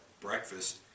breakfast